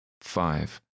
Five